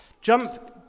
Jump